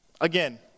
again